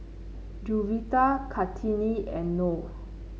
Juwita Kartini and Noh